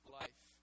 life